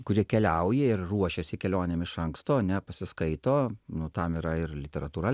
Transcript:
kurie keliauja ir ruošiasi kelionėm iš anksto ne pasiskaito nu tam yra ir literatūra